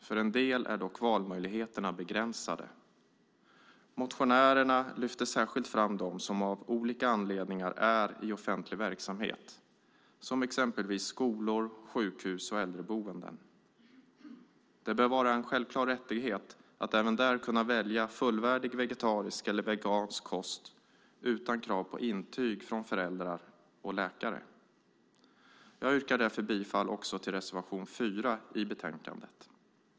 För en del är dock valmöjligheterna begränsade. Motionärerna lyfter särskilt fram dem som av olika anledningar är i offentlig verksamhet, exempelvis skolor, sjukhus och äldreboenden. Det bör vara en självklar rättighet att även där kunna välja fullvärdig vegetarisk eller vegansk kost utan krav på intyg från föräldrar och läkare. Jag yrkar därför bifall också till reservation 4 i betänkandet.